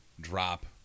drop